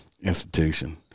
institution